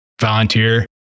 volunteer